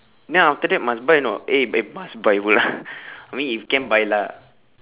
then after that must buy or not eh eh must buy pula I mean if can buy lah